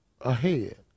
ahead